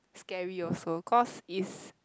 scary also cause if